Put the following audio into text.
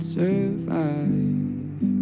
survive